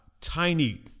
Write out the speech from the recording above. tiny